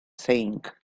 saying